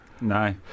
No